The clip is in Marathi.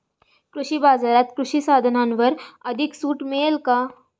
कृषी बाजारात कृषी साधनांवर अधिक सूट मिळेल का?